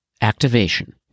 Activation